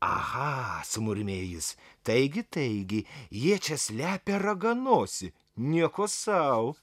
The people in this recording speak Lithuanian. aha sumurmėjo jis taigi taigi jie čia slepia raganosį nieko sau